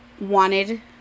wanted